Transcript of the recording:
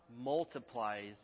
multiplies